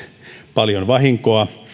paljon vahinkoa